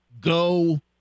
go